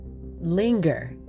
linger